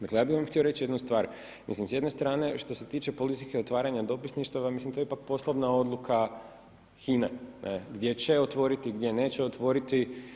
Dakle ja bih vam htio reći jednu stvar, mislim s jedne strane što se tiče politike otvaranja dopisništava to je ipak poslovna odluka HINA-e gdje će otvoriti, gdje neće otvoriti.